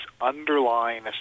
underlying